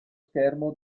schermo